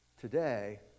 today